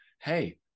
Hey